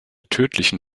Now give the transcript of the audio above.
tödlichen